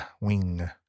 Wing